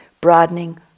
broadening